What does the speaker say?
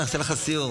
אני אעשה לך סיור.